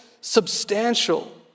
substantial